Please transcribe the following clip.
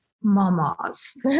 mamas